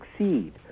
succeed